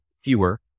fewer